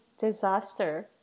disaster